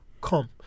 come